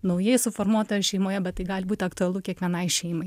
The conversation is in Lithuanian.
naujai suformuotoje šeimoje bet tai gali būt aktualu kiekvienai šeimai